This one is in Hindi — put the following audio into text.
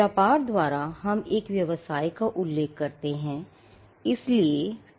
व्यापार द्वारा हम एक व्यवसाय का उल्लेख करते हैं